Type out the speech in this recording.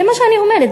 זה מה שאני אומרת.